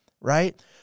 right